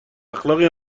اخلاقی